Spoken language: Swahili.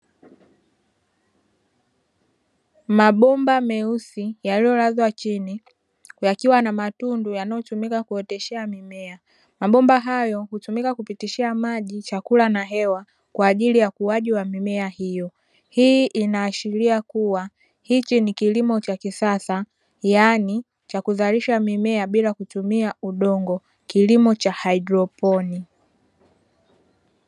Mabomba meusi yaliyolazwa chini, yakiwa na matundu yanayotumika kuoteshea mimea. Mabomba hayo hutumika kupitishia maji, chakula na hewa; kwa ajili ya ukuaji wa mimea hiyo. Hii inaashiria kuwa hichi ni kilimo cha kisasa, yaani cha kuzalisha mimea bila kutumia udongo (kilimo cha haidroponi).